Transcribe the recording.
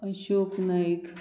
Ashok Naik